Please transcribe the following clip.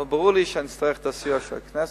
אבל ברור לי שאני אצטרך את הסיוע של הכנסת.